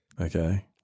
okay